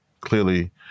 clearly